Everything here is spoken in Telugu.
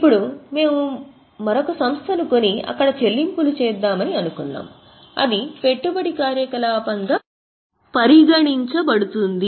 ఇప్పుడు మేము మరొక సంస్థను కొని అక్కడ చెల్లింపులు చేద్దామని అనుకున్నాం అది పెట్టుబడి కార్యకలాపంగా పరిగణించబడుతుంది